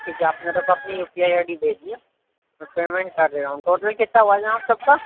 ٹھیک ہے آپ میرے کو اپنی U P I I D بھیجیے میں پیمینٹ کر رہا ہوں ٹوٹل کتنا ہُوا آپ سب کا